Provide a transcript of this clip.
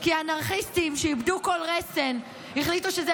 כי אנרכיסטים שאיבדו כל רסן החליטו שזה